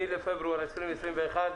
שלום לכולם,